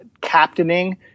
captaining